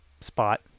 spot